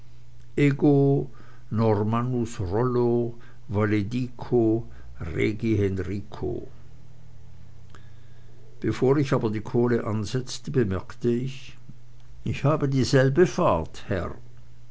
bevor ich aber die kohle ansetzte bemerkte ich ich habe dieselbe fahrt herr